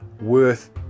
worth